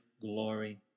glory